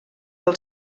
del